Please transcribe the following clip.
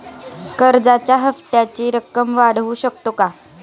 कर्जाच्या हप्त्याची रक्कम वाढवू शकतो का?